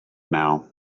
now